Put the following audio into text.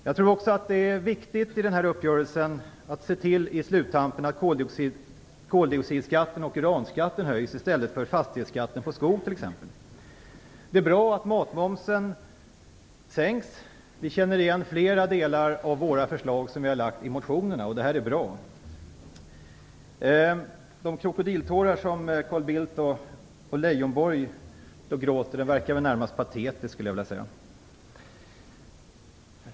Jag tror också att det är viktigt att i sluttampen av uppgörelsen se till att koldioxidskatten och uranskatten höjs i stället för fastighetsskatten på skog, t.ex. Det är bra att matmomsen sänks. Vi känner igen flera delar av de förslag vi har lagt fram i motionerna. Det är bra. De krokodiltårar som Carl Bildt och Leijonborg gråter verkar närmast patetiska.